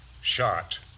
shot